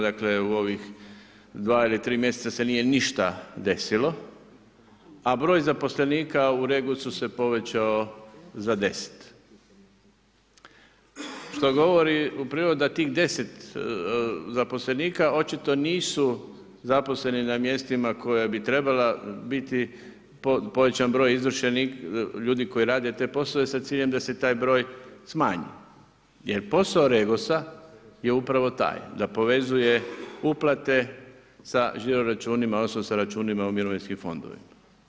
Dakle u ovih dva ili tri mjeseca se nije ništa desilo, a broj zaposlenika u REGOSu se povećao za deset, što govori u prilog da tih deset zaposlenika očito nisu zaposleni na mjestima koja bi trebala biti povećan broj ljudi koji rade te poslove sa ciljem da se taj broj smanji jer posao REGOSa je upravo taj da povezuje uplate sa žiroračunima osim sa računima u mirovinskim fondovima.